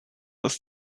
ist